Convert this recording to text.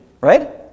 right